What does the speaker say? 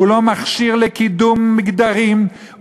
הוא לא מכשיר לקידום מגדרים,